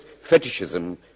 fetishism